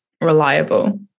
reliable